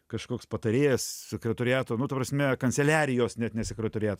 kažkoks patarėjas sekretoriato nu ta prasme kanceliarijos net ne sekretoriato